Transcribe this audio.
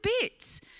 bits